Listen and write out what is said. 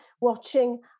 watching